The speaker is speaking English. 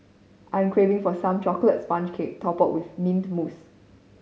I'm craving for some chocolate sponge cake topped with mint mousse